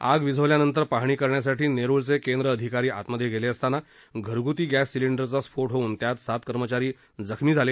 आग विझवल्यानंतर पाहणी करण्यासाठी नेरूळ केंद्र अधिकारी आतमध्ये गेले असताना घरगुती गॅस सिलेंडरचा स्फोट होऊन सात कर्मचारी जखमी झाले